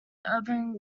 urban